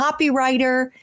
copywriter